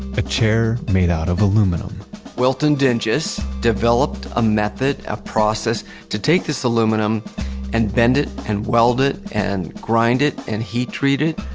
a chair made out of aluminum wilton dingus developed a method, a process to take this aluminum and bend it and weld it and grind it and heat treat it,